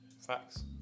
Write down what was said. Facts